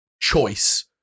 choice